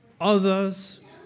others